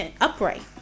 upright